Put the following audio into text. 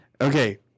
Okay